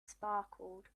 sparkled